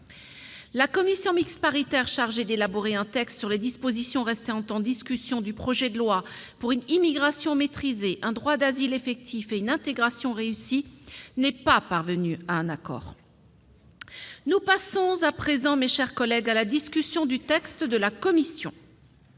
la commission mixte paritaire chargée d'élaborer un texte sur les dispositions restant en discussion du projet de loi pour une immigration maîtrisée, un droit d'asile effectif et une intégration réussie n'est pas parvenue à un accord. Nous reprenons l'examen du projet de loi,